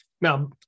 Now